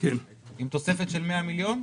עם תוספת של 100 מיליון?